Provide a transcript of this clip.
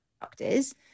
doctors